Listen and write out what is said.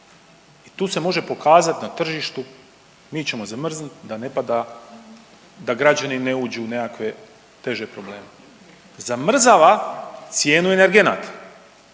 tu se može pokazat na tržištu mi ćemo zamrznut da ne pada, da građani ne uđu u nekakve teže probleme. Zamrzava cijenu energenata